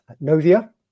Novia